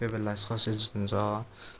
कोही बेला ससेज हुन्छ